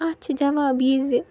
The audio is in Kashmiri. اَتھ چھُ جواب یہِ زِ